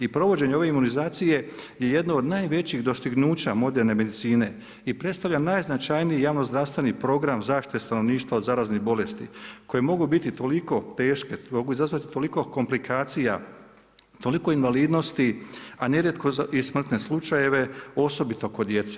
I provođenje ove imunizacije je jedno od najvećih dostignuća moderne medicine i predstavlja najznačajniji javno-zdravstveni program zaštite stanovništva od zaraznih bolesti koje mogu biti toliko teške, mogu izazvati toliko komplikacija, toliko invalidnosti, a nerijetko i smrtne slučajeve osobito kod djece.